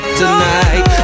tonight